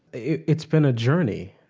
it's been a journey.